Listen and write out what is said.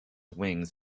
wings